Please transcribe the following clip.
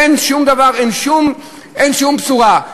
אין שום דבר, אין שום בשורה.